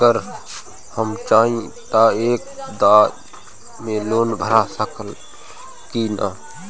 अगर हम चाहि त एक दा मे लोन भरा सकले की ना?